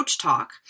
talk